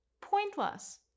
Pointless